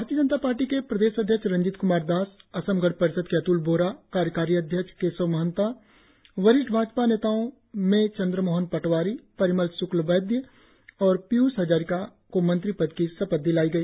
भारतीय जनता पार्टी के प्रदेश अध्यक्ष रंजीत क्मार दास असम गण परिषद के अत्ल बोरा कार्यकारी अध्यक्ष केशव महंता वरिष्ठ भाजपा नेताओं चन्द्रमोहन पटवारी परिमल श्क्लबैदय और पीयूष हजारिका को मंत्री पद की शपथ दिलाई गई